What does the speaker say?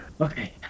Okay